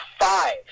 five